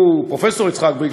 פרופסור יצחק בריק,